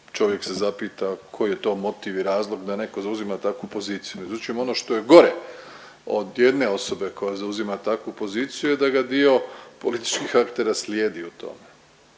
čovjek se zapita koji je to motiv i razlog da neko zauzima takvu poziciju. Međutim, ono što je gore od jedne osobe koja zauzima takvu poziciju da ga dio političkih aktera slijedi u tome.